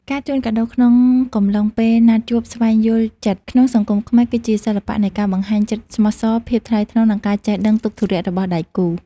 ការជូនកាដូក្នុងកំឡុងពេល «ណាត់ជួបស្វែងយល់ចិត្ត» ក្នុងសង្គមខ្មែរ គឺជាសិល្បៈនៃការបង្ហាញចិត្តស្មោះសរ ភាពថ្លៃថ្នូរ និងការចេះដឹងទុក្ខធុរៈរបស់ដៃគូ។